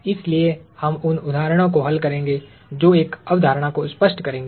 इसलिए हम उन उदाहरणों को हल करेंगे जो एक अवधारणा को स्पष्ट करेंगे